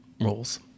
roles